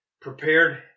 prepared